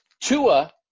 tua